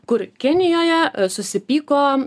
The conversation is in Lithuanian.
kur kenijoje susipyko